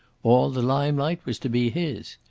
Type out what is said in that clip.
all the limelight was to be his.